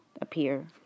appear